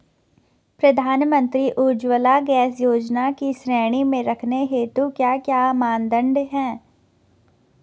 प्रधानमंत्री उज्जवला गैस योजना की श्रेणी में रखने हेतु क्या क्या मानदंड है?